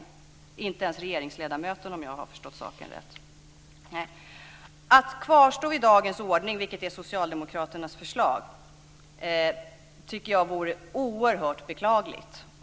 Om jag har förstått rätt var det inte ens regeringsledamöterna. Att kvarstå vid dagens ordning - vilket är socialdemokraternas förslag - tycker jag vore oerhört beklagligt.